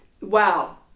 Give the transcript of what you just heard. Wow